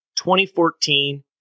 2014